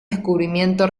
descubrimiento